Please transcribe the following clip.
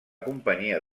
companyia